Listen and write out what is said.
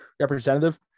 representative